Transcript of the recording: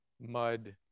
mud